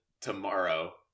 tomorrow